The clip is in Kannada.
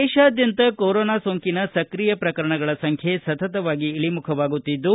ದೇಶಾದ್ಯಂತ ಕೊರೊನಾ ಸೋಂಕಿನ ಸಕ್ರಿಯ ಪ್ರಕರಣಗಳ ಸಂಖ್ಯೆ ಸತತವಾಗಿ ಇಳಿಮುಖವಾಗುತ್ತಿದ್ದು